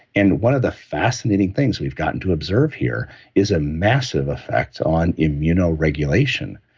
and one of the fascinating things we've gotten to observe here is a massive effect on immunoregulation.